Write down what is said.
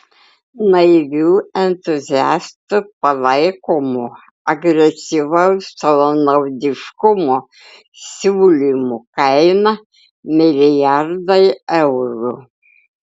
naivių entuziastų palaikomo agresyvaus savanaudiškumo siūlymų kaina milijardai eurų